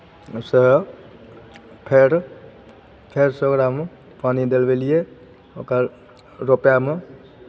से फेर फेर से ओकरामे पानि डलबेलियै ओकर रोपायमे